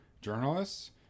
journalists